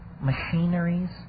machineries